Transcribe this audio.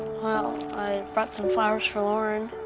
well, i brought some flowers for lauren.